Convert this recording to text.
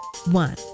one